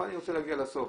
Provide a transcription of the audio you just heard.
אני רוצה להגיע לסוף.